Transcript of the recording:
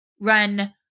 run